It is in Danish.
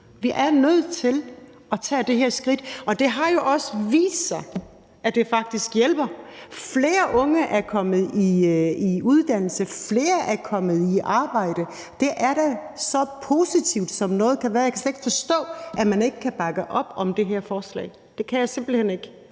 Vi er nødt til at tage det her skridt, og det har jo også vist sig, at det faktisk hjælper. Flere unge er kommet i uddannelse, flere er kommet i arbejde. Det er da så positivt, som noget kan være, og jeg kan slet ikke forstå, at man ikke kan bakke op om det her forslag. Det kan jeg simpelt hen ikke.